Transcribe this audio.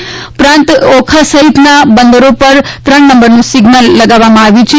આ ઉપરાંત ઓખા સહિતનાં બંદરો પર ત્રણ નંબરનાં સિઝનલ લગાવવામાં આવ્યા છે